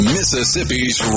Mississippi's